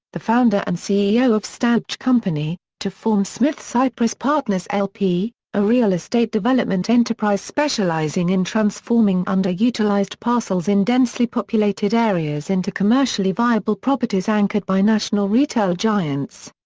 the founder and ceo of staubach co, to form smith cypress partners lp, a real estate development enterprise specializing in transforming underutilized parcels in densely populated areas into commercially viable properties anchored by national retail giants.